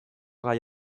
gai